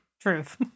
Truth